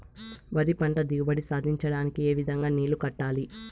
వరి పంట దిగుబడి సాధించడానికి, ఏ విధంగా నీళ్లు కట్టాలి?